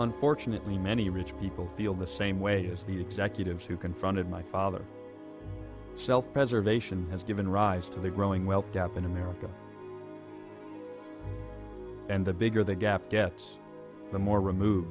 unfortunately many rich people feel the same way as the executives who confronted my father self preservation has given rise to the growing wealth gap in america and the bigger the gap gets the more removed